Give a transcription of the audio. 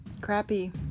Crappy